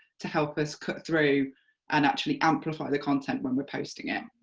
to help us cut through and actually amplify the content when we're posting it.